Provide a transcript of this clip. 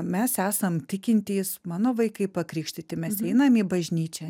mes esam tikintys mano vaikai pakrikštyti mes einam į bažnyčią